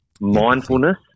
Mindfulness